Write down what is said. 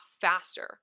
faster